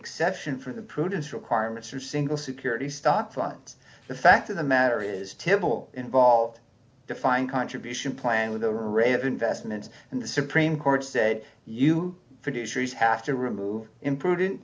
exception for the prudence requirements or single security stock funds the fact of the matter is typical involved defined contribution plan with a rate of investments and the supreme court said you producers have to remove imprudent